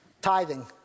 Tithing